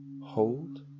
Hold